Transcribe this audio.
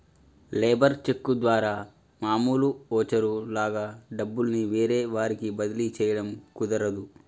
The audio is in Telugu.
లేబర్ చెక్కు ద్వారా మామూలు ఓచరు లాగా డబ్బుల్ని వేరే వారికి బదిలీ చేయడం కుదరదు